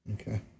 Okay